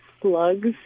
slugs